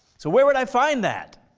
so where would i find that?